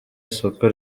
isoko